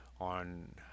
on